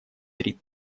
три